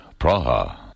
Praha